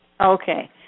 Okay